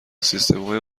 سیستمهای